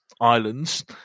islands